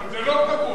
אבל זה לא קבוע.